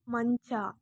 ಮಂಚ